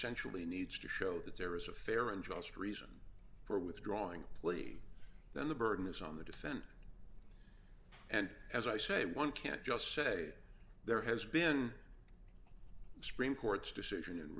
sentially needs to show that there is a fair and just reason for withdrawing plea then the burden is on the defense and as i say one can't just say there has been scream court's decision